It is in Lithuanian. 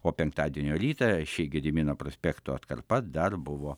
o penktadienio rytą ši gedimino prospekto atkarpa dar buvo